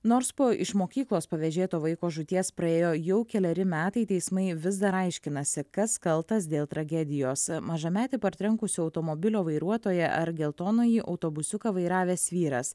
nors po iš mokyklos pavėžėto vaiko žūties praėjo jau keleri metai teismai vis dar aiškinasi kas kaltas dėl tragedijos mažametį partrenkusio automobilio vairuotoją ar geltonąjį autobusiuką vairavęs vyras